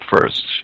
first